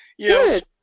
Good